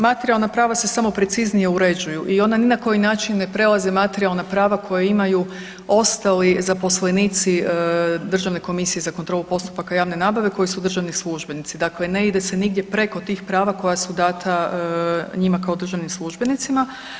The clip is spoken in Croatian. Materijalna prava se samo preciznije uređuju i ona ni na koji način ne prelaze materijalna prava koja imaju ostali zaposlenici Državne komisije za kontrolu postupaka javne nabave koji su državni službenici, dakle ne ide se nigdje preko tih prava koja su dana njima kao državnim službenicima.